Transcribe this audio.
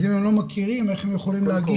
אז אם הם לא מכירים איך הם יכולים להגיש הצעות?